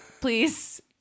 Please